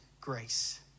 grace